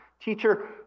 Teacher